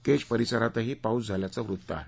केज परिसरातही पाऊस झाल्याचं वृत्त आहे